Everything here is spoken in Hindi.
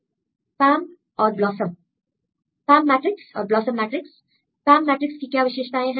स्टूडेंट पाम और ब्लॉसमRefer Time 1858 पाम मैट्रिक्स और ब्लॉसम मैट्रिक्स पाम मैट्रिक्स की क्या विशेषताएं हैं